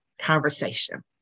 conversation